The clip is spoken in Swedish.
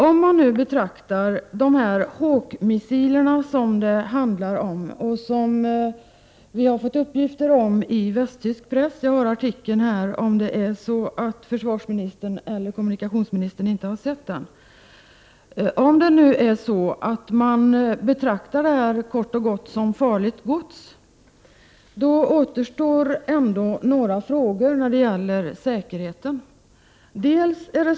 Om man betraktar de Hawk-missiler som det handlar om, som vi har fått uppgift om ur västtysk press — jag har artikeln här om försvarsministern eller kommunikationsministern inte har sett den — kort och gott såsom farligt gods, återstår ändå några frågor när det gäller säkerheten.